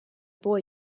boy